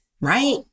right